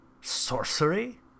sorcery